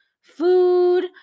food